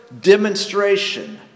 demonstration